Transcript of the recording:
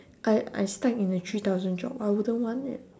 I I stuck in a three thousand job I wouldn't want it